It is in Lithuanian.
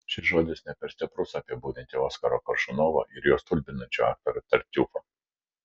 šis žodis ne per stiprus apibūdinti oskaro koršunovo ir jo stulbinančių aktorių tartiufą